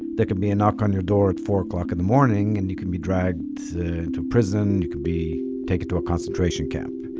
there could be a knock on your door at four o'clock in the morning, and you can be dragged to prison. you could be taken to a concentration camp.